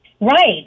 right